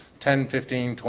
ten, fifteen,